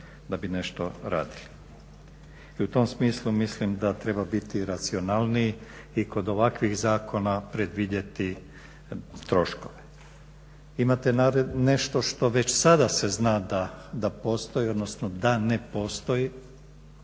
da bi nešto radili. I u tom smislu mislim da treba biti racionalniji i kod ovakvih zakona predvidjeti troškove. Imate nešto što već sada se zna da postoji, odnosno da ne postoji.